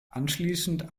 anschließend